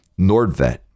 Nordvet